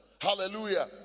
Hallelujah